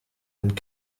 and